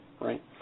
right